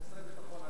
הוא האשה המדוכאת,